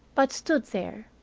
but stood there,